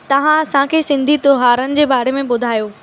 तव्हां असांखे सिंधी त्योहारनि जे बारे में ॿुधायो